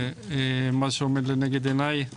מה שעומד לנגד עיניי